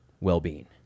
well-being